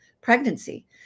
pregnancy